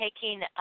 taking